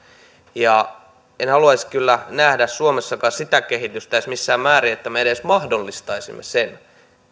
en haluaisi kyllä nähdä suomessakaan sitä kehitystä missään määrin että me edes mahdollistaisimme sen